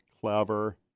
clever